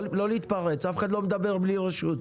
לא להתפרץ, אף אחד לא מדבר בלי רשות.